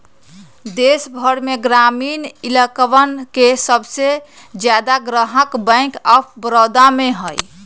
देश भर में ग्रामीण इलकवन के सबसे ज्यादा ग्राहक बैंक आफ बडौदा में हई